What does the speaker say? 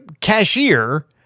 cashier